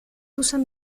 usan